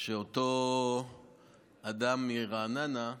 שאותו אדם מרעננה,